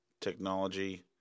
technology